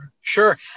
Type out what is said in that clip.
Sure